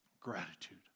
Gratitude